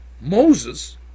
Moses